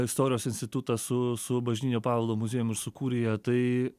istorijos institutas su su bažnytinio paveldo muziejum ir su kurija tai